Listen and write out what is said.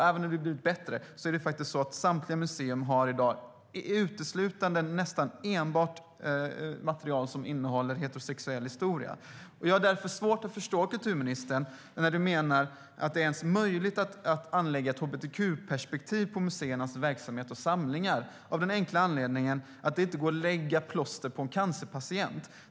Även om vi har blivit bättre är det ett erkänt faktum att samtliga museer i dag nästan uteslutande har enbart material som innehåller heterosexuell historia. Jag har därför svårt att förstå, kulturministern, när du menar att det ens är möjligt att anlägga ett hbtq-perspektiv på museernas verksamhet och samlingar av den enkla anledningen att det inte går att lägga plåster på en cancerpatient.